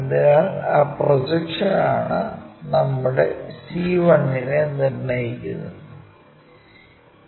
അതിനാൽ ആ പ്രൊജക്ഷൻ ആണ് നമ്മുടെ c1 നെ നിർണ്ണയിക്കുന്നന്നത്